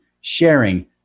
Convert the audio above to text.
sharing